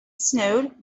snowed